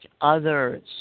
others